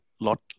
lot